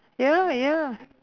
ya ya